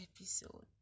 episode